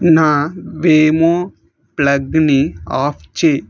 నా వేమో ప్లగ్ ని ఆఫ్ చేయి